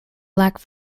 lack